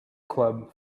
club